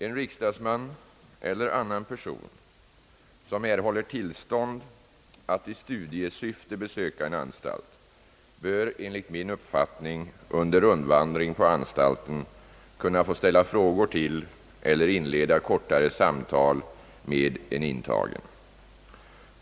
En riksdagsman eller annan person som erhåller tillstånd att i studiesyfte besöka en anstalt bör enligt min uppfattning under rundvandring på anstalten kunna få ställa frågor till eller inleda kortare samtal med en intagen.